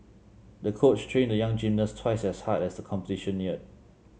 the coach trained the young gymnast twice as hard as the competition neared